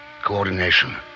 Coordination